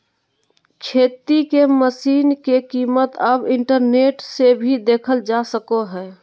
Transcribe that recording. खेती के मशीन के कीमत अब इंटरनेट से भी देखल जा सको हय